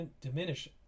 diminish